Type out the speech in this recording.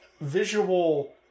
visual